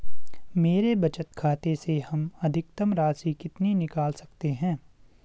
मेरे बचत खाते से हम अधिकतम राशि कितनी निकाल सकते हैं?